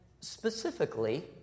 specifically